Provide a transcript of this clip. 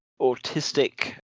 autistic